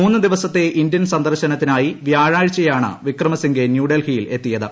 മൂന്ന് ദിവസത്തെ ഇന്ത്യ്ൻ സന്ദർശനത്തിനായി വ്യാഴാഴ്ചയാണ് വിക്രമസിംഗെ ന്യൂഏൽഹ്റിയിലെത്തിയത്